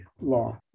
law